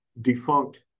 defunct